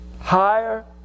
higher